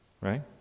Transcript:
right